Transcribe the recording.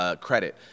Credit